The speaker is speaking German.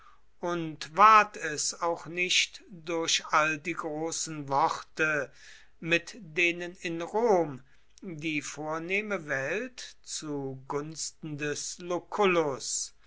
und ward es auch nicht durch all die großen worte mit denen in rom die vornehme welt zu gunsten des